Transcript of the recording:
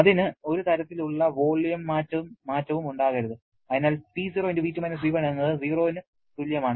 അതിന് ഒരു തരത്തിലുള്ള വോളിയം മാറ്റവും ഉണ്ടാകരുത് അതിനാൽ P0V2-V1 എന്നത് 0 ന് തുല്യമാണ്